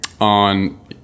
on